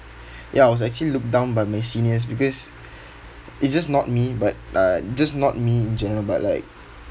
ya I was actually looked down by my seniors because it's just not me but uh just not me in general but like